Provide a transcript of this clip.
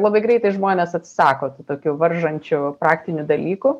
labai greitai žmonės atsisako tų tokių varžančių praktinių dalykų